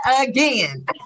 again